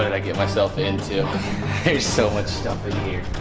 i get myself into there's so much stuff in here